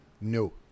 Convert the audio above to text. No